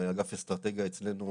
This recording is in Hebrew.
ואגף אסטרטגיה אצלנו,